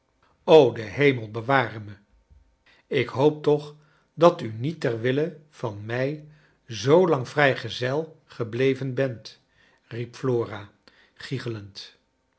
de hemel beware me ik hoop toch dat u niet ter wille van mij zoo lang vrijgezel gebleven bent riep flora